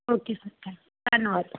okay sir ਥੈ ਧੰਨਵਾਦ